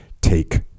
take